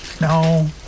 No